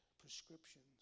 prescriptions